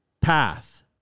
path